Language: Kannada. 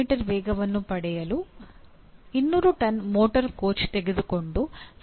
ಮೀ ವೇಗವನ್ನು ಪಡೆಯಲು 200 ಟನ್ ಮೋಟಾರ್ ಕೋಚ್ ತೆಗೆದುಕೊಂಡ ಸಮಯವನ್ನು ಲೆಕ್ಕ ಹಾಕಿ